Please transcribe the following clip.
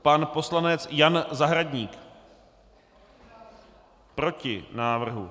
Pan poslanec Jan Zahradník: Proti návrhu.